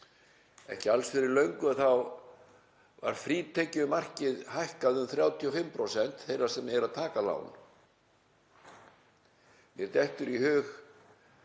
Ekki alls fyrir löngu þá var frítekjumarkið hækkaði um 35%, þeirra sem eru að taka lán. Mér dettur í hug